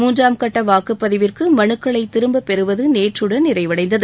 மூன்றாம் கட்ட வாக்குப் பதிவிற்கு மனுக்களை திரும்பப் பெறுவது நேற்றுடன் நிறைவடைந்தது